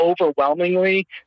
overwhelmingly